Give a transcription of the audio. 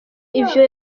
ivyo